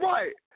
Right